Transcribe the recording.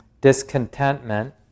discontentment